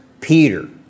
Peter